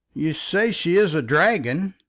you say she is a dragon.